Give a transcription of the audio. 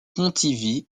pontivy